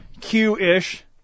Q-ish